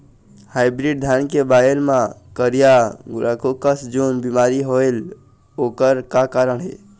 Hybrid धान के बायेल मां करिया गुड़ाखू कस जोन बीमारी होएल ओकर का कारण हे?